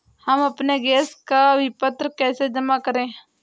हम अपने गैस का विपत्र कैसे जमा करें?